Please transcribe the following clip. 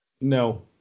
No